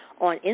on